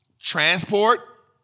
Transport